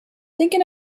thinking